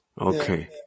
Okay